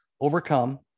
overcome